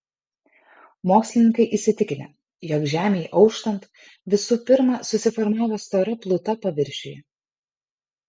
mokslininkai įsitikinę jog žemei auštant visų pirma susiformavo stora pluta paviršiuje